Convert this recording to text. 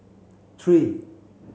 three